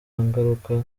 ngaruka